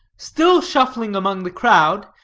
still shuffling among the crowd,